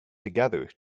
together